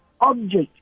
object